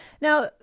Now